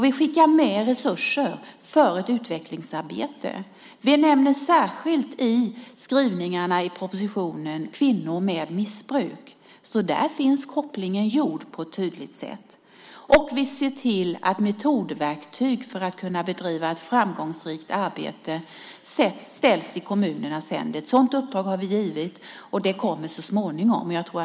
Vi skickar med resurser för ett utvecklingsarbete. Vi nämner särskilt kvinnor med missbruk i skrivningarna i propositionen. Där finns alltså kopplingen på ett tydligt sätt. Vi ser också till att metodverktyg för att kunna bedriva ett framgångsrikt arbete sätts i kommunernas händer. Ett sådant uppdrag har vi gett, och det kommer så småningom.